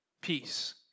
peace